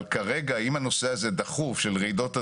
אבל כרגע, אם הנושא הזה דחוף, של רעידות אדמה,